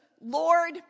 Lord